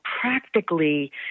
practically